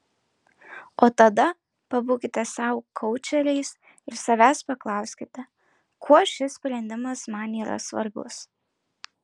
o tada pabūkite sau koučeriais ir savęs paklauskite kuo šis sprendimas man yra svarbus